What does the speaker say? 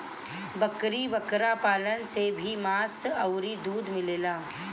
बकरी बकरा पालन से भी मांस अउरी दूध मिलेला